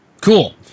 Cool